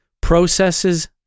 processes